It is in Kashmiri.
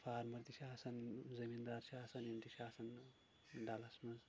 فارمَر تہِ چھ آسان زمیٖن دار چھ آسان یِم تہِ چھ آسان ڈلَس منٛز